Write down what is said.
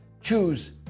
choose